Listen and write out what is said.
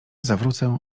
zawrócę